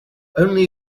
only